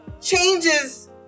changes